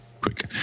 quick